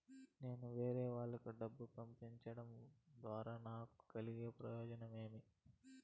నేను వేరేవాళ్లకు డబ్బులు పంపించడం ద్వారా నాకు కలిగే ప్రయోజనం ఏమి?